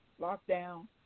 Lockdown